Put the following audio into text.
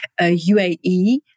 UAE